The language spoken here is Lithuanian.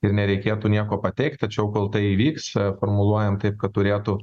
ir nereikėtų nieko pateikt tačiau kol tai įvyks formuluojam taip kad turėtų